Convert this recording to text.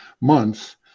months